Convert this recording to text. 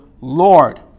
Lord